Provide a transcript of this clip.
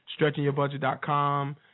stretchingyourbudget.com